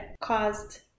caused